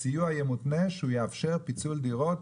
הסיוע יהיה מותנה בכך שראש העיר יאפשר פיצול דירות,